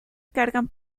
cargan